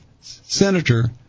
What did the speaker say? senator